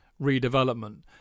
redevelopment